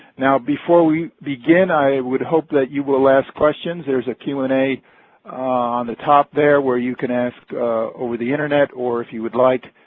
now before we begin, i would hope that you will ask questions. there's a q and a on the top there, where you can ask over the internet, or, if you would like,